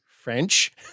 French